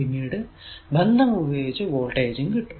പിന്നീട് ബന്ധം ഉപയോഗിച്ച് വോൾടേജ് കിട്ടും